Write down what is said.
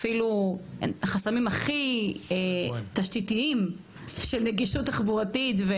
חסמים אפילו הכי תשתיתיים של נגישות תחבורתית.